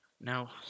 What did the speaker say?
Now